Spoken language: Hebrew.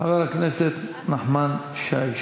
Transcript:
חבר הכנסת נחמן שי.